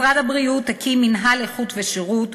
משרד הבריאות הקים מינהל איכות ושירות,